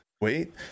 wait